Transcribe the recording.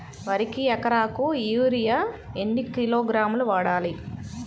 వరికి ఎకరాకు యూరియా ఎన్ని కిలోగ్రాములు వాడాలి?